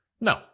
No